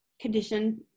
condition